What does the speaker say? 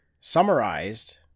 summarized